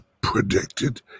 predicted